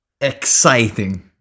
exciting